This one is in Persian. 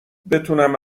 بتونم